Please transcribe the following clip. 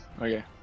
Okay